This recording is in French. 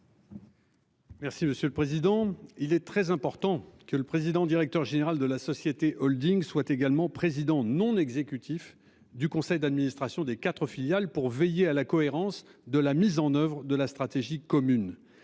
Merci monsieur le président. Il est très important que le président directeur général de la société Holding soient également président non exécutif du conseil d'administration des quatres filiale pour veiller à la cohérence de la mise en oeuvre de la stratégie commune.